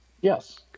Yes